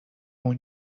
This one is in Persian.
اون